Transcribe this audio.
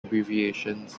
abbreviations